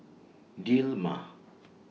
Dilmah